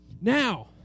Now